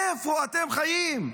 איפה אותם חיים?